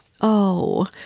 Oh